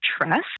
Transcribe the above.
trust